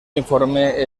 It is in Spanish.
informe